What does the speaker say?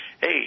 hey